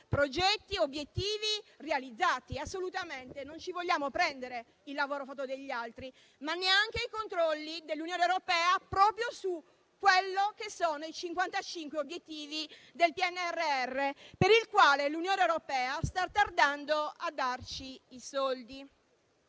progetti e obiettivi realizzati. Assolutamente non vogliamo prenderci il merito del lavoro fatto dagli altri, ma neanche i controlli dell'Unione europea proprio sui 55 obiettivi del PNRR per cui l'Unione europea sta tardando a darci i soldi.